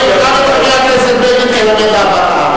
גם את חבר הכנסת בגין תלמד אהבת הארץ.